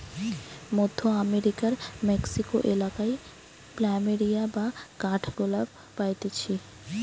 মধ্য আমেরিকার মেক্সিকো এলাকায় প্ল্যামেরিয়া বা কাঠগোলাপ পাইতিছে